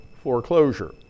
foreclosure